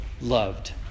loved